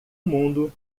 mundo